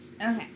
okay